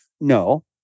no